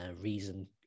reason